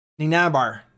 Ninabar